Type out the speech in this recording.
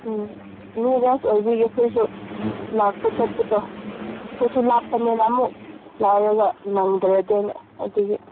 ꯎꯝ ꯃꯤ ꯔꯁ ꯑꯣꯏꯕꯒꯤ ꯑꯩꯈꯣꯏꯁꯨ ꯂꯥꯛꯄ ꯆꯠꯄꯗꯣ ꯑꯩꯈꯣꯏꯁꯨ ꯂꯥꯞꯄꯅꯤꯅ ꯑꯃꯨꯛ ꯉꯥꯏꯔꯒ ꯅꯪꯗ꯭ꯔꯦ ꯑꯗꯨ ꯑꯩꯅ ꯑꯗꯨꯒꯤ